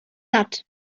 satt